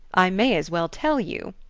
i may as well tell you,